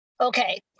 okay